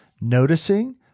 noticing